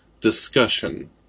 discussion